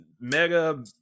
Mega